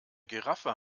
giraffe